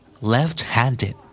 Left-handed